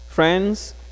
Friends